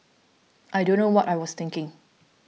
I don't know what I was thinking